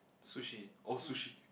sushi oh sushi